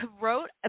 wrote